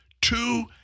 two